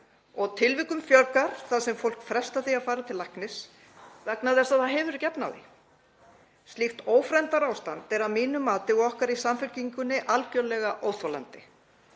kr. Tilvikum fjölgar þar sem fólk frestar því að fara til læknis vegna þess að það hefur ekki efni á því. Slíkt ófremdarástand er að mínu mati og okkar í Samfylkingunni algerlega óþolandi.